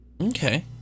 Okay